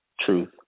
Truth